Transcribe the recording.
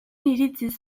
iritziz